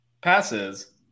passes